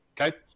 Okay